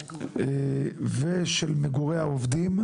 ושל מגורי העובדים.